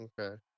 Okay